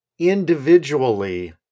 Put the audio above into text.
individually